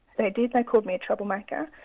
they did. they called me a troublemaker,